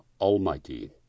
Almighty